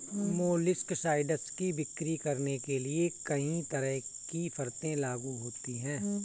molluscicides की बिक्री करने के लिए कहीं तरह की शर्तें लागू होती है